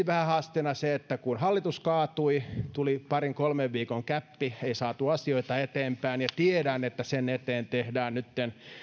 vähän haasteena se että kun hallitus kaatui niin tuli parin kolmen viikon gäppi ei saatu asioita eteenpäin tiedän että sen eteen tehdään nytten